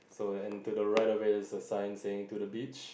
so and to the right of it's a sign saying to the beach